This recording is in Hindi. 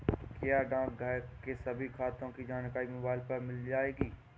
क्या डाकघर के सभी खातों की जानकारी मोबाइल पर मिल जाएगी?